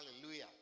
Hallelujah